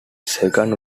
second